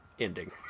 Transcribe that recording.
ending